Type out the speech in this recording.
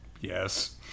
Yes